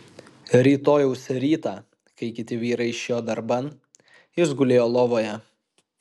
rytojaus rytą kai kiti vyrai išėjo darban jis gulėjo lovoje